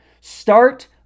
Start